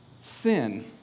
sin